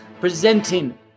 presenting